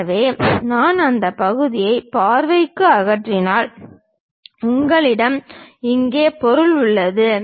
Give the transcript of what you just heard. எனவே நான் அந்த பகுதியை பார்வைக்கு அகற்றினால் உங்களிடம் இங்கே பொருள் உள்ளது